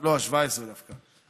לא, שבע עשרה דווקא.